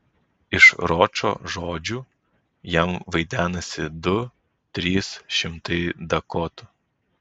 iš ročo žodžių jam vaidenasi du trys šimtai dakotų